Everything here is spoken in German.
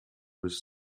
bis